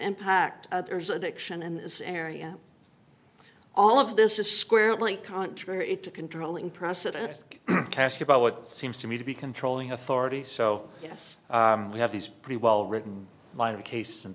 impact others addiction in this area all of this is squarely contrary to controlling precedence cast about what seems to me to be controlling authority so yes we have these pretty well written by a case and